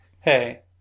hey